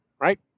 right